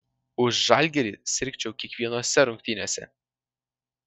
už žalgirį sirgčiau kiekvienose rungtynėse